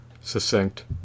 succinct